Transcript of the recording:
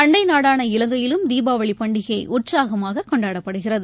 அண்டைநாடான இலங்கையிலும் தீபாவளிபண்டிகைஉற்சாகமாககொண்டாடப்படுகிறது